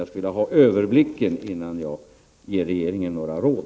Här skulle jag vilja ha överblick innan jag ger regeringen några råd.